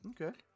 Okay